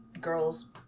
girls